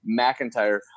McIntyre